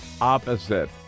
opposite